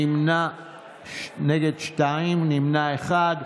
נמנע, אחד.